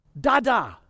Dada